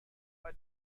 bei